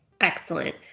excellent